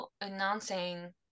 announcing